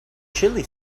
chilli